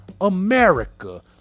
America